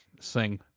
sing